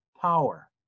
power